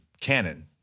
Canon